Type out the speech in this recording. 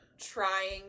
trying